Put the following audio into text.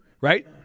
right